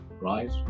right